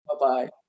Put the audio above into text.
Bye-bye